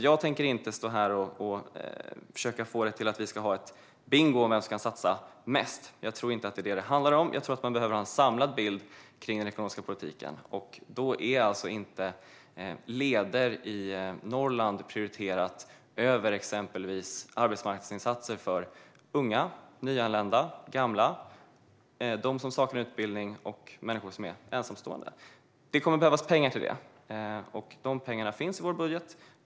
Jag tänker alltså inte stå här och försöka få det till att vi ska spela bingo om vem som kan satsa mest. Jag tror inte att det är det detta handlar om; jag tror att man behöver ha en samlad bild av den ekonomiska politiken, och då är inte leder i Norrland prioriterade över exempelvis arbetsmarknadsinsatser för unga, nyanlända, gamla, de som saknar utbildning och ensamstående. Det kommer att behövas pengar till det, och de pengarna finns i vår budget.